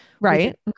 Right